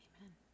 Amen